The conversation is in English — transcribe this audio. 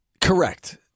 Correct